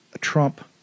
Trump